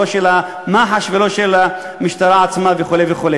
לא המח"ש ולא המשטרה עצמה וכו' וכו'.